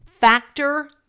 Factor